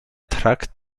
trakt